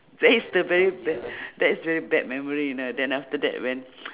that is the very ba~ that is very bad memory you know then after that when